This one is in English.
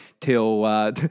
till